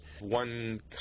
one